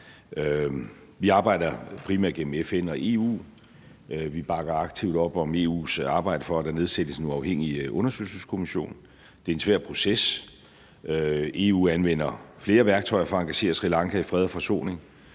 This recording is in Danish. Vi arbejder primært gennem FN og EU. Vi bakker aktivt op om EU's arbejde for, at der nedsættes en uafhængig undersøgelseskommission. Det er en svær proces. EU anvender flere værktøjer for at engagere Sri Lanka i fred og forsoning,